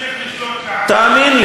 תמשיך לשלוט בעם אחר.